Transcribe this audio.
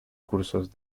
cursos